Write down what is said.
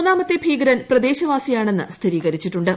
മൂന്നാമത്തെ ഭീകരൻ പ്രദേശവാസിയാണെന്ന് സ്ഥിരീകരിച്ചിട്ടുണ്ട്